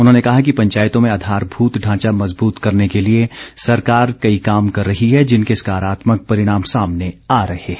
उन्होंने कहा कि पंचायतों में आधारभूत ढांचा मजबूत करने के लिए सरकार कई काम कर रही है जिनके सकारात्मक परिणाम सामने आ रहे हैं